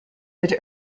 had